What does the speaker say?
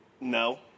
No